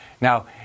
Now